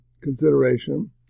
consideration